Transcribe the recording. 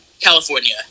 California